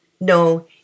No